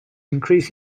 increase